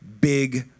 big